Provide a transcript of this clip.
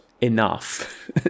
enough